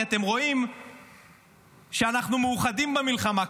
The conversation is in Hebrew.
כי אתם רואים שאנחנו מאוחדים במלחמה,